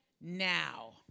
now